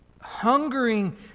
hungering